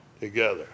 together